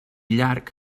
llarg